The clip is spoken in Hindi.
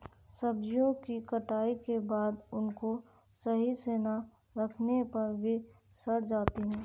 सब्जियों की कटाई के बाद उनको सही से ना रखने पर वे सड़ जाती हैं